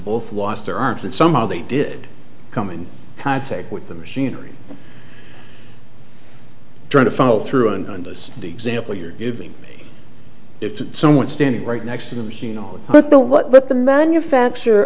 both lost their arms and somehow they did come in contact with the machinery trying to follow through and under the example you're giving it to someone standing right next to the machine on what the what the manufacturer